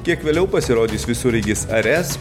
kiek vėliau pasirodys visureigis ares